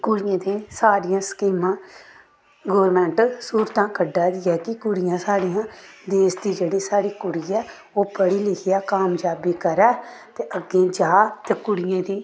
कुड़ियें तै सारियां स्कीमां गौरमैंट स्हूलतां कड्ढा दी ऐ कि कुड़ियां साढ़ियां देश दी जेह्ड़ी साढ़ी कुड़ी ऐ ओह् पढ़ी लिखियै कामजाबी करै ते अग्गें जाऽ ते कुड़ियें दी